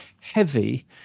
heavy